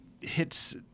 hits